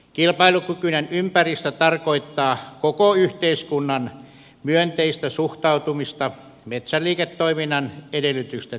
kilpailukykyinen ympäristö tarkoittaa koko yhteiskunnan myönteistä suhtautumista metsäliiketoiminnan edellytysten luomiselle